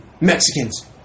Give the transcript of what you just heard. Mexicans